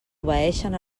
obeeixen